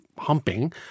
humping